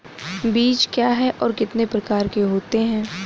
बीज क्या है और कितने प्रकार के होते हैं?